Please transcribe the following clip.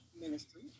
Ministry